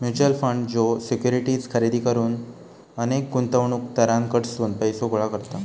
mutual fund ज्यो securities खरेदी करुक अनेक गुंतवणूकदारांकडसून पैसो गोळा करता